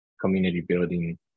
community-building